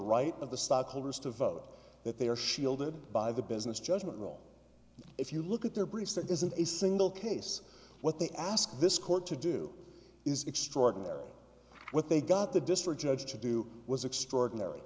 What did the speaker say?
right of the stockholders to vote that they are shielded by the business judgment role if you look at their briefs that isn't a single case what they ask this court to do is extraordinary what they got the district judge to do was extraordinary